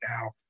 now